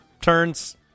turns